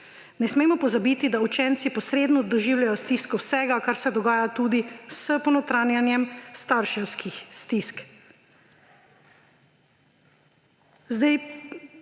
Ne smemo pozabiti, da učenci posredno doživljajo stisko vsega, kar se dogaja tudi s ponotranjanjem starševskih stisk.